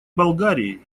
болгарии